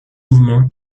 mouvement